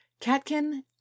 catkin